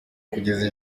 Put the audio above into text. kugeza